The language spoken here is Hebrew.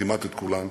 כמעט את כולן.